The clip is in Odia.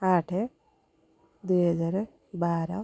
ଆଠ ଦୁଇହଜାର ବାର